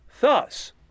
Thus